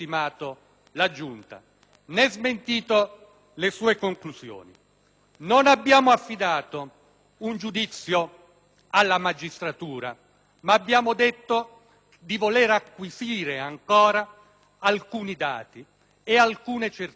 non abbiamo affidato un giudizio alla magistratura, ma abbiamo detto di voler acquisire ancora alcuni dati e alcune certezze. Soprattutto,